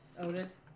Otis